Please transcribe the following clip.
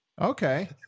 Okay